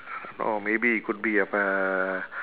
or maybe it could be have a p~ uh